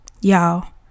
Y'all